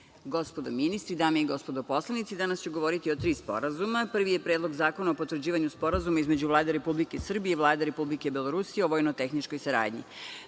gospodo ministri, dame i gospodo narodni poslanici, danas ću govoriti o tri sporazuma. Prvi je Predlog zakona o potvrđivanju Sporazuma između Vlade Republike Srbije i Vlade Republike Belorusije o vojno-tehničkoj saradnji. Pre